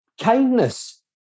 kindness